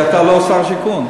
כי אתה לא שר השיכון,